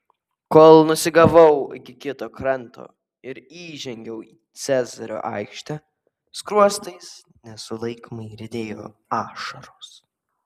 kol nusigavau iki kito kranto ir įžengiau į cezario aikštę skruostais nesulaikomai riedėjo ašaros